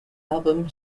album